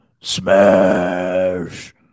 smash